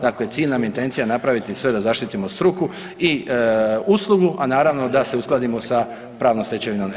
Dakle, cilj nam je i intencija napraviti sve da zaštitimo struku i uslugu a naravno da se uskladimo sa pravnom stečevinom EU.